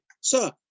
Sir